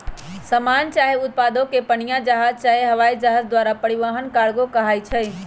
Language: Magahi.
समान चाहे उत्पादों के पनीया जहाज चाहे हवाइ जहाज द्वारा परिवहन कार्गो कहाई छइ